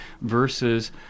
versus